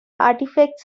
artifacts